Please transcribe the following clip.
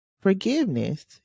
forgiveness